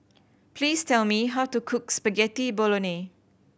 please tell me how to cook Spaghetti Bolognese